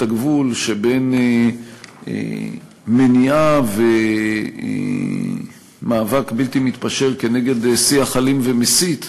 הגבול שבין מניעה ומאבק בלתי מתפשר נגד שיח אלים ומסית לבין,